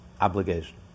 obligation